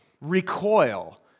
recoil